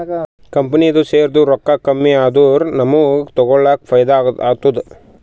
ಕಂಪನಿದು ಶೇರ್ದು ರೊಕ್ಕಾ ಕಮ್ಮಿ ಆದೂರ ನಮುಗ್ಗ ತಗೊಳಕ್ ಫೈದಾ ಆತ್ತುದ